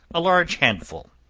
a large handful,